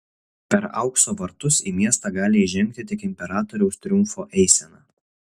per aukso vartus į miestą gali įžengti tik imperatoriaus triumfo eisena